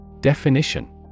Definition